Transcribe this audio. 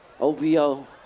OVO